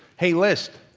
hey list,